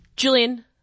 Julian